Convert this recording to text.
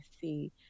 see